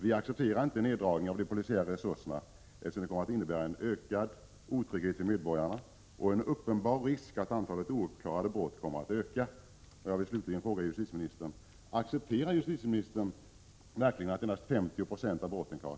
Vi accepterar inte en neddragning av de polisiära resurserna, eftersom det kommer att innebära en ökad otrygghet för medborgarna och en uppenbar risk att antalet ouppklarade brott kommer att öka.